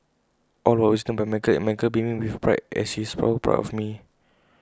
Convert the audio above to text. all was witnessed by my girl and my girl beaming with pride said she is so proud of me